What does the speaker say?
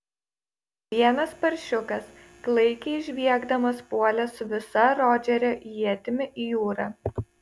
vienas paršiukas klaikiai žviegdamas puolė su visa rodžerio ietimi į jūrą